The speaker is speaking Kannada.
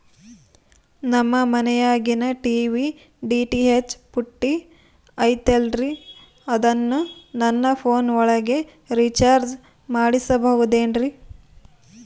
ನಮ್ಮ ಮನಿಯಾಗಿನ ಟಿ.ವಿ ಡಿ.ಟಿ.ಹೆಚ್ ಪುಟ್ಟಿ ಐತಲ್ರೇ ಅದನ್ನ ನನ್ನ ಪೋನ್ ಒಳಗ ರೇಚಾರ್ಜ ಮಾಡಸಿಬಹುದೇನ್ರಿ?